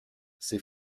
ses